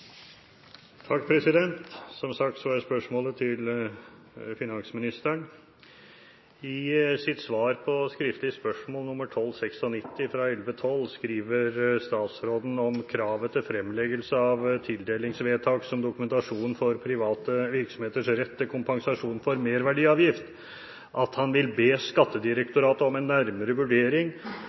er altså utsatt til neste spørretime. Det første spørsmålet blir dermed spørsmål 2. Spørsmålet er til finansministeren. «I svar på skriftlig spørsmål nr. 1 296 for 2011–2012 skriver statsråden om kravet til fremleggelse av tildelingsvedtak som dokumentasjon for private virksomheters rett til kompensasjon for